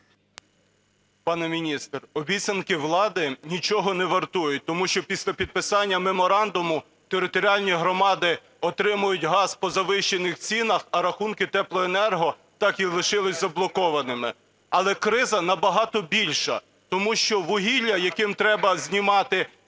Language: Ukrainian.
Пане міністр, обіцянки влади нічого не вартують. Тому що після підписання меморандуму територіальні громади отримують газ по завищених цінах, а рахунки теплоенерго так і лишились заблокованими. Але криза набагато більша. Тому що вугілля, яким треба знімати піки